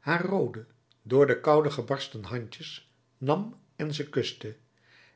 haar roode door de koude gebarsten handjes nam en ze kuste